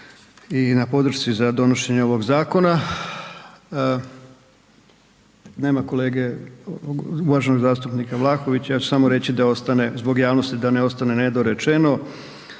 i na podršci za donošenje ovog zakona. Nema kolege uvaženog zastupnika Vlahovića, ja ću samo reći da ostane zbog javnosti, da ne ostane nedorečeno